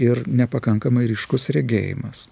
ir nepakankamai ryškus regėjimas